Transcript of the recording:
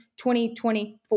2024